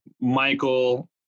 Michael